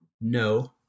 No